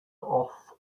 off